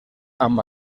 amb